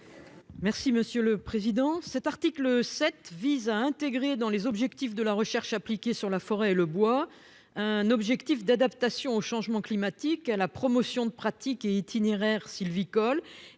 est à Mme Laurence Harribey. Cet article 7 vise à intégrer dans les objectifs de la recherche appliquée sur la forêt et le bois un objectif d'adaptation au changement climatique, à la promotion de pratiques et itinéraires sylvicoles,